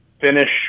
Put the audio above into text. finish